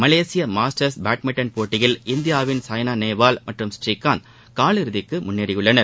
மலேசிய masters badminton போட்டியில் இந்தியாவின் சாய்னா நேவால் மற்றும் புந்காந்த் கால் இறுதிக்கு முன்னேறியுள்ளனர்